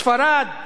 ספרד,